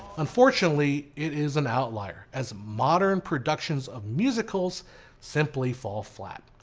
unfortunately it is an outlier, as modern productions of musicals simply fall flat.